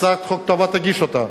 הצעת החוק טובה, תגיש אותה.